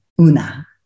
Una